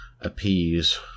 appease